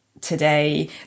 today